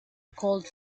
called